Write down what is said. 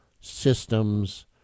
systems